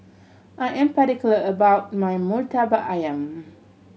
I am particular about my Murtabak Ayam